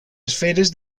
esferes